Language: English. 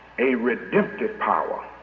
a redemptive power.